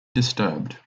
disturbed